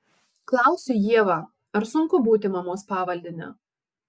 klausiu ievą ar sunku būti mamos pavaldine